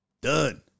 Done